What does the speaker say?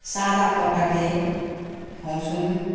सादा प्रकारले खुवाउँछौँ